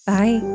Bye